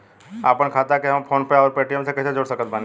आपनखाता के हम फोनपे आउर पेटीएम से कैसे जोड़ सकत बानी?